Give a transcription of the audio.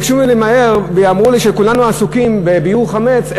ביקשו ממני למהר ואמרו לי שכולנו עסוקים בביעור חמץ,